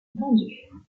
vendues